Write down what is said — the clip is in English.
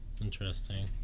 Interesting